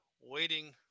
waiting